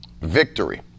victory